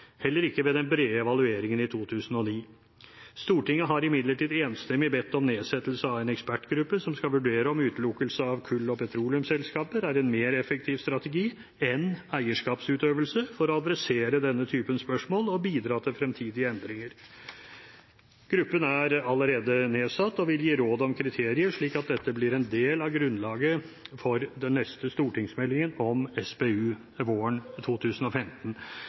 heller ikke ved den brede evalueringen i 2009. Stortinget har imidlertid enstemmig bedt om nedsettelse av en ekspertgruppe som skal vurdere om utelukkelse av kull- og petroleumsselskaper er en mer effektiv strategi enn eierskapsutøvelse for å adressere denne typen spørsmål og bidra til fremtidige endringer. Gruppen er allerede nedsatt og vil gi råd om kriterier, slik at dette blir en del av grunnlaget for den neste stortingsmeldingen om SPU, våren 2015.